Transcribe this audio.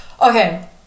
Okay